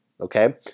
Okay